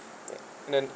and then